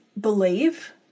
believe